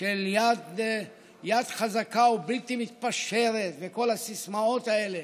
של יד חזקה ובלתי מתפשרת וכל הסיסמאות האלה